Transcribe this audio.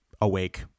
awake